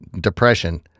depression